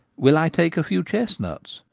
will i take a few chestnuts?